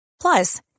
Plus